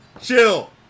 Chill